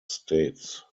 states